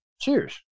Cheers